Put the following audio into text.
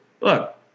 look